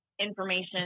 information